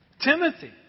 Timothy